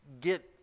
get